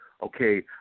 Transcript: okay